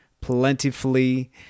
plentifully